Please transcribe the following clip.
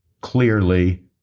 clearly